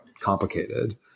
complicated